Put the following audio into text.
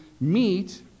meet